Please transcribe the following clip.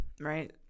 Right